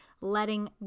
letting